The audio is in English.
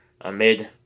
amid